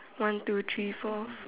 one two three four